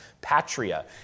patria